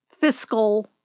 fiscal